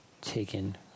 taken